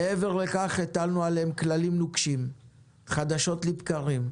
מעבר לכך, הטלנו עליהם כללים נוקשים חדשות לבקרים,